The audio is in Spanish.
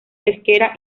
pesquera